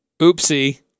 Oopsie